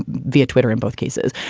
via twitter in both cases.